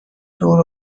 دور